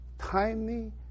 Timely